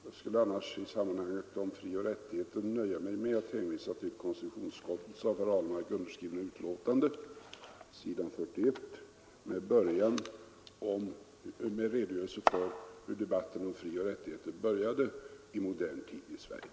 Jag skulle annars i fråga om frioch rättigheterna kunna nöja mig med att hänvisa till konstitutionsutskottets av herr Ahlmark underskrivna betänkande s. 41, där man finner en redogörelse för hur debatten om frioch rättigheterna började i modern tid i Sverige.